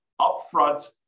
upfront